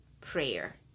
prayer